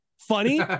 funny